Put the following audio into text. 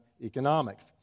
economics